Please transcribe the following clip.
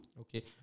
Okay